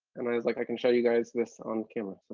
and i was like, i can show you guys this on camera.